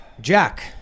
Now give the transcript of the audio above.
Jack